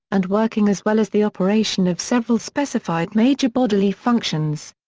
and working as well as the operation of several specified major bodily functions.